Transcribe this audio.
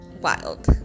wild